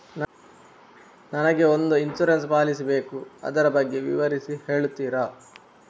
ನನಗೆ ಒಂದು insurance policy ಬೇಕು ಅದರ ಬಗ್ಗೆ ವಿವರಿಸಿ ಹೇಳುತ್ತೀರಾ?